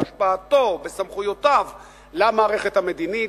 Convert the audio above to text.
בהשפעתו ובסמכויותיו למערכת המדינית,